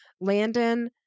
Landon